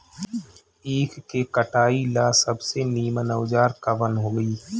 ईख के कटाई ला सबसे नीमन औजार कवन होई?